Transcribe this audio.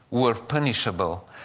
were punishable,